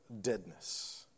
deadness